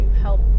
help